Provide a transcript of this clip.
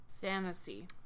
Fantasy